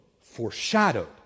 foreshadowed